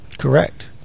correct